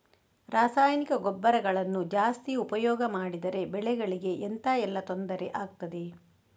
ರಾಸಾಯನಿಕ ಗೊಬ್ಬರಗಳನ್ನು ಜಾಸ್ತಿ ಉಪಯೋಗ ಮಾಡಿದರೆ ಬೆಳೆಗಳಿಗೆ ಎಂತ ಎಲ್ಲಾ ತೊಂದ್ರೆ ಆಗ್ತದೆ?